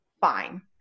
fine